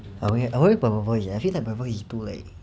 the only probable is like actually the purpose is to like